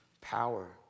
power